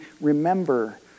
remember